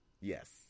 Yes